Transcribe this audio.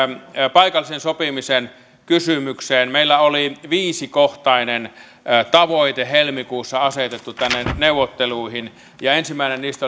paikallisen sopimisen kysymykseen meillä oli viisikohtainen tavoite helmikuussa asetettu tänne neuvotteluihin ensimmäinen niistä